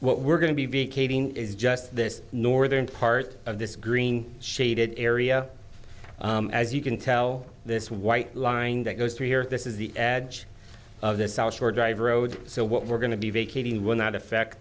what we're going to be vacating is just this northern part of this green shaded area as you can tell this white line that goes through here this is the ad of the south shore drive road so what we're going to be vacating will not affect